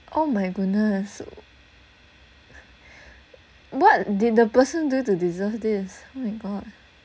oh my goodness what did the person do to deserve this oh my god